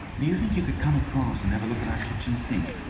do you think you could come across and have a look at our kitchen sink?